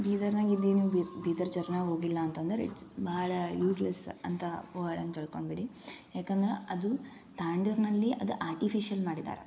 ಬೀದರ್ನಾಗೆ ಇದ್ದೀನಿ ಬೀದರ ಜರ್ನ ಹೋಗಿಲ್ಲ ಅಂತಂದ್ರೆ ಇಟ್ಸ್ ಭಾಳ ಯೂಸ್ಲೆಸ್ ಅಂತವಾಳ ಅಂತ ತಿಳ್ಕೊಂಡುಬಿಡಿ ಯಾಕಂದ್ರೆ ಅದು ತಾಂಡೂರಿನಲ್ಲಿ ಅದು ಆರ್ಟಿಫಿಶಲ್ ಮಾಡಿದಾರೆ